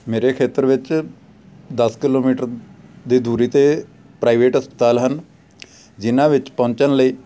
ਮੇਰੇ ਖੇਤਰ ਵਿੱਚ ਦਸ ਕਿਲੋਮੀਟਰ ਦੀ ਦੂਰੀ 'ਤੇ ਪ੍ਰਾਈਵੇਟ ਹਸਪਤਾਲ ਹਨ ਜਿਨ੍ਹਾਂ ਵਿੱਚ ਪਹੁੰਚਣ ਲਈ